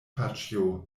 paĉjo